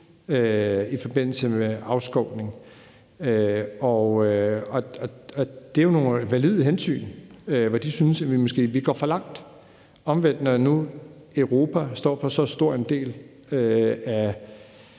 i forbindelse med afskovning. Det er jo nogle valide hensyn, altså at de synes, at vi måske går for langt. Omvendt er det sådan, at når nu Europa står for så stor en del af